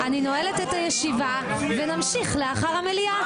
אני נועלת את הישיבה, ונמשיך לאחר המליאה.